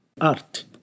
Art